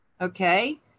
Okay